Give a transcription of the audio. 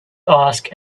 ask